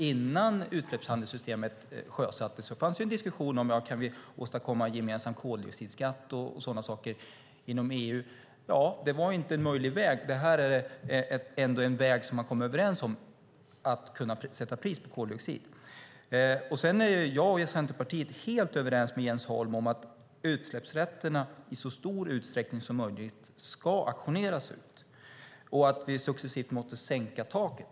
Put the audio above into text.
Innan utsläppshandelssystemet sjösattes fanns en diskussion om huruvida vi kan åstadkomma en gemensam koldioxidskatt och sådana saker inom EU. Det var inte en möjlig väg. Att sätta pris på koldioxid är en väg som man har kommit överens om. Jag och Centerpartiet är helt överens med Jens Holm om att utsläppsrätterna i så stor utsträckning som möjligt ska auktioneras ut och att vi successivt måste sänka taket.